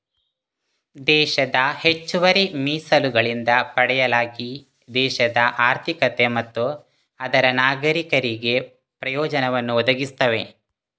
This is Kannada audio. ದೇಶದ ಹೆಚ್ಚುವರಿ ಮೀಸಲುಗಳಿಂದ ಪಡೆಯಲಾಗಿ ದೇಶದ ಆರ್ಥಿಕತೆ ಮತ್ತು ಅದರ ನಾಗರೀಕರಿಗೆ ಪ್ರಯೋಜನವನ್ನು ಒದಗಿಸ್ತವೆ